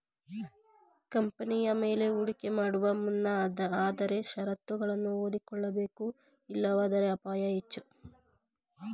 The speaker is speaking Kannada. ಕಂಪನಿಯ ಮೇಲೆ ಹೂಡಿಕೆ ಮಾಡುವ ಮುನ್ನ ಆದರೆ ಶರತ್ತುಗಳನ್ನು ಓದಿಕೊಳ್ಳಬೇಕು ಇಲ್ಲವಾದರೆ ಅಪಾಯ ಹೆಚ್ಚು